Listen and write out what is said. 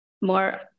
more